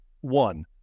One